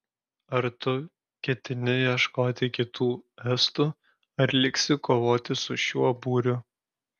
ar tu ketini ieškoti kitų estų ar liksi kovoti su šiuo būriu